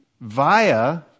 via